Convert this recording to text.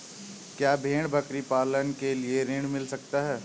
क्या भेड़ बकरी पालने के लिए ऋण मिल सकता है?